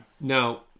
Now